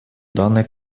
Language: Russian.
данной